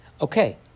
okay